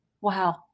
Wow